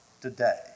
today